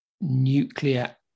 nuclear